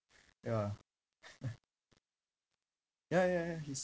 ya ya ya ya he's